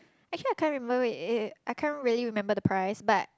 actually I can't remember I can't really remember the price but